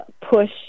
push